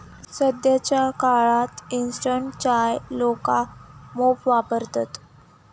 सध्याच्या काळात इंस्टंट चाय लोका मोप वापरतत